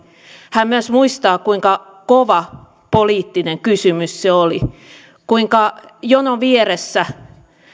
hän myös muistaa kuinka kova poliittinen kysymys se oli kuinka jonon vieressä